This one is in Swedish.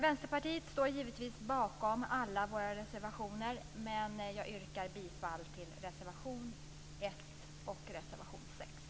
Vänsterpartiet står givetvis bakom alla våra reservationer, men jag yrkar bifall till reservation 1 och reservation 6.